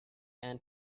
end